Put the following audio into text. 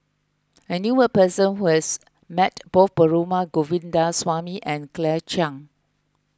I knew a person who has met both Perumal Govindaswamy and Claire Chiang